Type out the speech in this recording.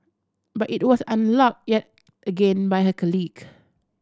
but it was unlocked yet again by her